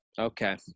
Okay